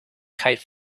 kite